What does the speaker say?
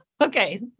Okay